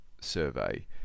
survey